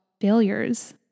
failures